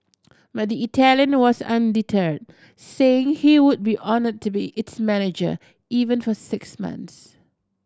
but the Italian was undeterred saying he would be honoured to be its manager even for six months